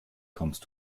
kommst